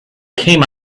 came